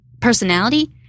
personality